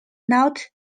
not